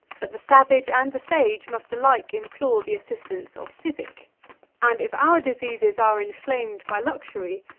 but the savage and the sage must alike implore the assistance of physic and, if our diseases are inflamed by luxury,